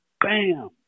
Bam